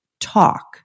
talk